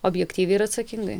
objektyviai ir atsakingai